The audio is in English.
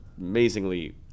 amazingly